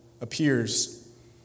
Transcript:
appears